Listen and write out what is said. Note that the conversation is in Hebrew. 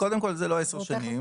קודם כל זה לא עשר שנים.